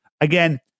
again